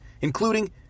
including